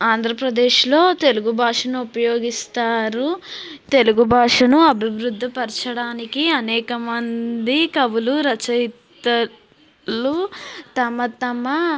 ఆంధ్రప్రదేశ్లో తెలుగు భాషను ఉపయోగిస్తారు తెలుగు భాషను అభివృద్ధి పరచడానికి అనేకమంది కవులు రచయితలు తమ తమ